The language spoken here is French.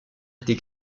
été